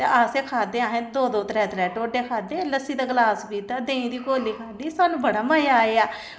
ते असें खाद्धे असें दौ दौ त्रैऽ त्रैऽ ढोड्डे खाद्धे लस्सी दा ग्लास पीता देहीं दी कोली खाद्धी सानूं बड़ा मजा आया